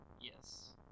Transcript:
Yes